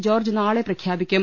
George നാളെ പ്രഖ്യാ പിക്കും